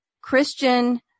Christian